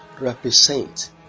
represent